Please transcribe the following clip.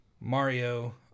Mario